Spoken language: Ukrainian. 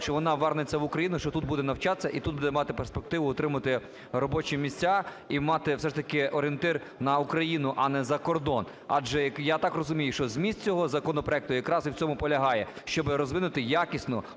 що вона вернеться в Україну, що тут буде навчатися і тут буде мати перспективу отримати робочі місця, і мати все ж таки орієнтир на Україну, а не за кордон? Адже, я так розумію, що зміст цього законопроекту якраз і в цьому полягає, щоби розвинути якісну